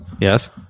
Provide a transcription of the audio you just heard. yes